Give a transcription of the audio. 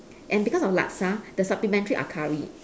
and because of laksa the supplementary are curry